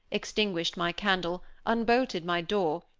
extinguished my candle, unbolted my door,